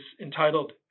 entitled